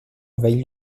envahi